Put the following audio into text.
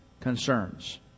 concerns